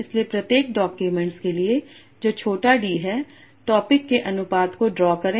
इसलिए प्रत्येक डॉक्यूमेंट के लिए जो छोटा d है टॉपिक् के अनुपात को ड्रा करें